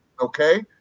Okay